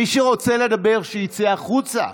מי שרוצה לדבר, שיצא החוצה.